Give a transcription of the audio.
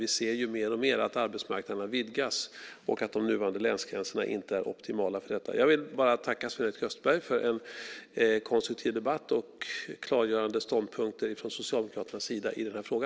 Vi ser ju mer och mer att arbetsmarknaderna vidgas och att de nuvarande länsgränserna inte är optimala för detta. Jag vill tacka Sven-Erik Österberg för en konstruktiv debatt och klargörande ståndpunkter från Socialdemokraternas sida i denna fråga.